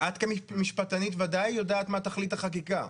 את כמשפטנית ודאי יודעת מה תכלית החקיקה.